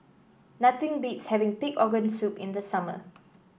nothing beats having Pig Organ Soup in the summer